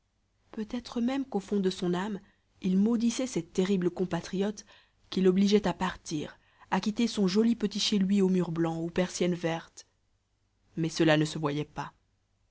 peut-être même qu'au fond de son âme il maudissait ses terribles compatriotes qui l'obligeaient à partir à quitter son joli petit chez lui aux murs blancs aux persiennes vertes mais cela ne se voyait pas